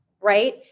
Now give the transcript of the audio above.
right